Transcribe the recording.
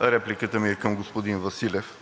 Репликата ми е към господин Василев.